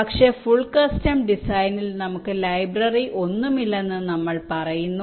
പക്ഷേ full custom ഡിസൈനിൽ നമുക്ക് ലൈബ്രറി ഒന്നുമില്ലെന്ന് നമ്മൾ പറയുന്നു